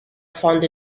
found